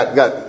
got